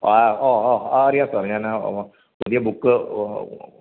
ആ ഓ ഓ അറിയാം സാർ ഞാൻ പുതിയ ബുക്ക് ഓ